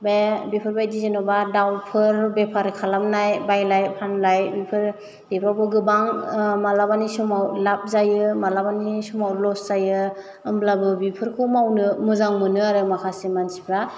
बे बेफोरबायदि जेन'बा दाउफोर बेफार खालामनाय बायलाय फानलाय बेफोर बेफ्रावबो गोबां मालाबानि समाव लाभ जायो मालाबानि समाव लस जायो होमब्लाबो बेफोरखौ मावनो मोजां मोनो आरो माखासे मानसिफ्रा